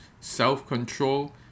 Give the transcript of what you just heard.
self-control